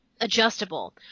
adjustable